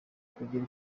kugira